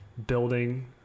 building